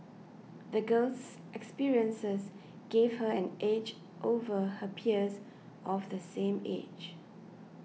the girl's experiences gave her an edge over her peers of the same age